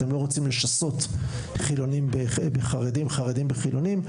אתם לא רוצים לשסות חילונים בחרדים חרדים בחילונים,